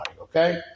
okay